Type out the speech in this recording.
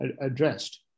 addressed